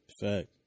Fact